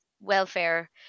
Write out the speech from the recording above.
welfare